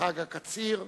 כחג הקציר,